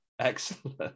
Excellent